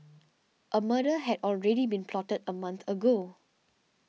a murder had already been plotted a month ago